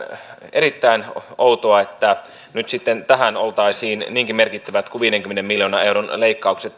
erittäin outoa että nyt sitten näihin menoihin oltaisiin niinkin merkittävät kuin viidenkymmenen miljoonan euron leikkaukset